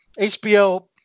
HBO